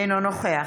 אינו נוכח